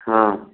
ହଁ